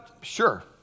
sure